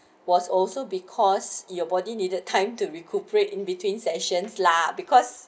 was also because your body needed time to recuperate in between sessions lah because